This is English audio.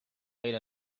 made